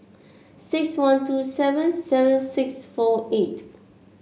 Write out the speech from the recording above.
six one two seven seven six four eight